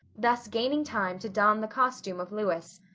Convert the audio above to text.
thus gaining time to don the costume of louis,